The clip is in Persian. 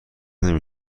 نمی